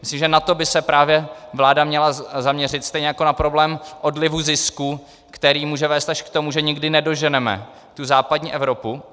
Myslím, že na to by se právě vláda měla zaměřit, stejně jako na problém odlivu zisku, který může vést až k tomu, že nikdy nedoženeme západní Evropu.